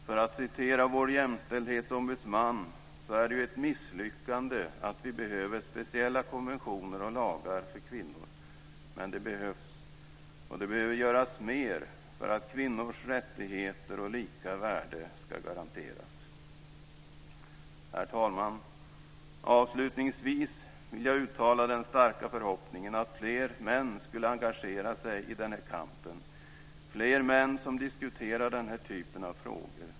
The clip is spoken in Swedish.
För att citera vår jämställdhetsombudsman är det ju ett misslyckande att vi behöver speciella konventioner och lagar för kvinnor. Men de behövs. Det behöver också göras mer för att kvinnors rättigheter och lika värde ska garanteras. Herr talman! Avslutningsvis vill jag uttala den starka förhoppningen att fler män skulle engagera sig i den här kampen, fler män som diskuterar den här typen av frågor.